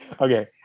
Okay